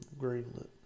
greenlit